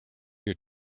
your